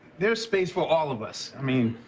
there's space for all of us. i mean,